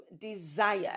desire